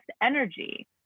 energy